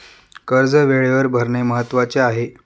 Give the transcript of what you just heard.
कर्ज वेळेवर भरणे महत्वाचे आहे